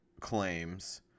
claims